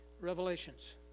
Revelations